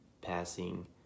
passing